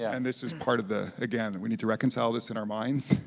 and this is part of the, again, we need to reconcile this in our minds,